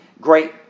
great